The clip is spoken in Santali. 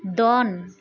ᱫᱚᱱ